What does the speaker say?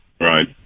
Right